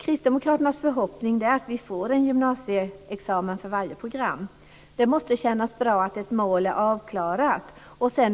Kristdemokraternas förhoppning är att vi får en gymnasieexamen för varje program. Det måste kännas bra att ha ett mål avklarat.